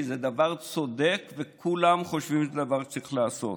כי זה דבר צודק וכולם חושבים שזה דבר שצריך לעשות.